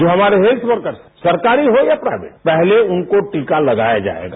जो हमारे railway workers है सरकारी रो या प्राइवेट पहले उनको टीका लगाया जाएगा